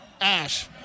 Ash